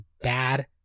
bad